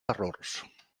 errors